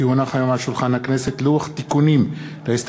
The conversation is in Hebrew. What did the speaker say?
כי הונח היום על שולחן הכנסת לוח תיקונים להסתייגויות